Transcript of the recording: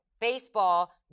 Baseball